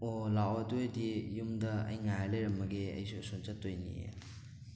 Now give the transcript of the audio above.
ꯑꯣ ꯂꯥꯛꯑꯣ ꯑꯗꯨ ꯑꯣꯏꯗꯤ ꯌꯨꯝꯗ ꯑꯩ ꯉꯥꯏꯔ ꯂꯩꯔꯝꯃꯒꯦ ꯑꯩꯁꯨ ꯑꯁꯣꯟ ꯆꯠꯇꯣꯏꯅꯤ